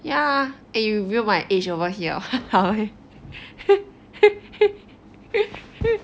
ya and you reveal my age over here !walao! eh